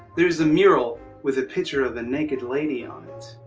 there's a mural with the picture of a naked lady on it.